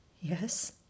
Yes